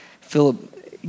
Philip